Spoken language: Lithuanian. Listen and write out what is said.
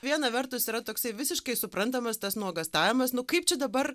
viena vertus yra toksai visiškai suprantamas tas nuogąstavimas nu kaip čia dabar